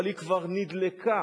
אבל היא כבר נדלקה,